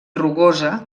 rugosa